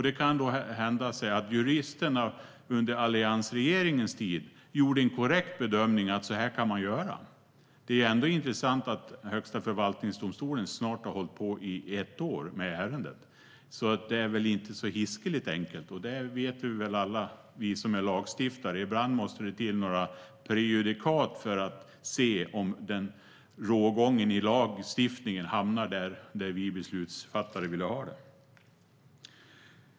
Det kan hända att juristerna under alliansregeringens tid gjorde en korrekt bedömning att så här kan man göra. Det är ändå intressant att Högsta förvaltningsdomstolen har hållit på i snart ett år med ärendet, så det är väl inte så hiskeligt enkelt. Det vet vi lagstiftare. Ibland måste det till några prejudikat för att vi ska kunna se om rågången i lagstiftningen hamnar där vi beslutsfattare vill ha den.